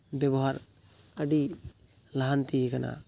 ᱵᱮᱵᱚᱦᱟᱨ ᱟᱹᱰᱤ ᱞᱟᱦᱟᱱᱛᱤ ᱟᱠᱟᱱᱟ